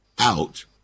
out